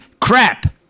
crap